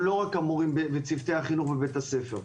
לא המורים וצוותי החינוך בבית הספר.